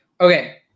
Okay